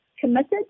committed